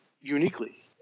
uniquely